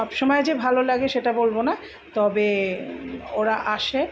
সব সময় যে ভালো লাগে সেটা বলবো না তবে ওরা আসে